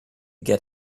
get